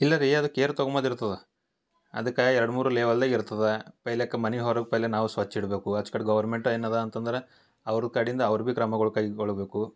ಇಲ್ಲ ರೀ ಅದ ಕೇರ್ ತಗೊಂಬಂದಿರ್ತದ ಅದ್ಕಾ ಎರಡ್ಮೂರು ಲೆವೆಲ್ಲಗೆ ಇರ್ತದ ಪೆಹ್ಲೆಕ ಮನೆ ಹೊರಗ ಪೆಹ್ಲೆ ನಾವು ಸ್ವಚ್ಛ ಇಡಬೇಕು ಆಚ್ ಕಡಿ ಗೌರ್ಮೆಂಟ್ ಏನದ ಅಂತಂದ್ರ ಅವರು ಕಡಿಂದ ಅವ್ರ ಬಿ ಕ್ರಮಗಳು ಕೈಗೊಳ್ಳಬೇಕು